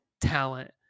talent